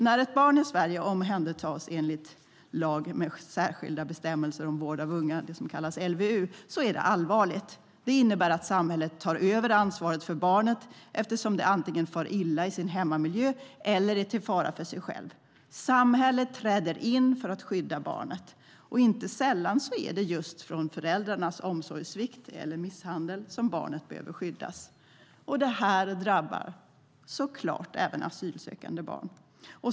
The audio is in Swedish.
När ett barn i Sverige omhändertas enligt lag med särskilda bestämmelser om vård av unga, LVU, är det allvarligt. Det innebär att samhället tar över ansvaret för barnet eftersom det antingen far illa i sin hemmiljö eller är till fara för sig själv. Samhället träder in för att skydda barnet. Inte sällan är det just från föräldrarnas omsorgssvikt eller misshandel som barnet behöver skyddas. Det här drabbar såklart även asylsökande barn.